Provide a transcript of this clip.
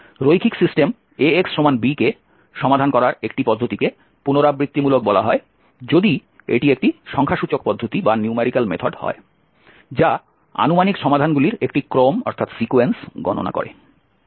রৈখিক system Ax b কে সমাধান করার একটি পদ্ধতিকে পুনরাবৃত্তিমূলক বলা হয় যদি এটি একটি সংখ্যাসূচক পদ্ধতি হয় যা আনুমানিক সমাধানগুলির একটি ক্রম গণনা করে